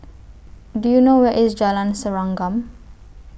Do YOU know Where IS Jalan Serengam